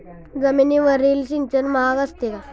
जमिनीवरील सिंचन महाग असते का?